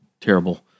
terrible